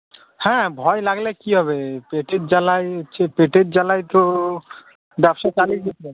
হ্যাঁ ভয় লাগলে কী হবে পেটের জ্বালায় হচ্ছে পেটের জ্বালায় তো ব্যবসা চালিয়ে যেতে হবে তো